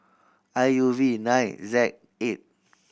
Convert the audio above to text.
I U V nine Z eight